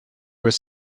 was